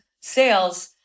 sales